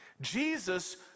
Jesus